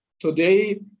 today